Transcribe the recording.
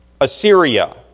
Assyria